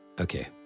okay